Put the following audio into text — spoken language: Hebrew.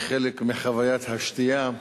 כחלק מחוויית השתייה,